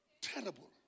Terrible